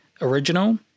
Original